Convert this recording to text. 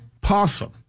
possum